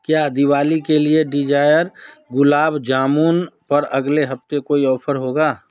क्या दिवाली के लिए डिजायर गुलाब जामुन पर अगले हफ्ते कोई ऑफर होगा